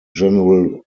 general